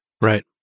Right